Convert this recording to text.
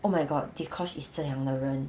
oh my god dee kosh is 这样的人